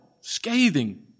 scathing